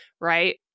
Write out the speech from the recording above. right